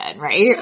right